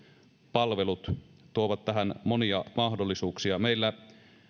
palvelut tuovat tähän monia mahdollisuuksia meillä